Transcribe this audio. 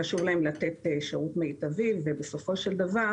חשוב להם לתת שירות מיטבי ובסופו של דבר